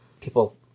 people